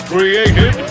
Created